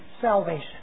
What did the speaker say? salvation